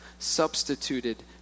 substituted